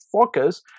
focus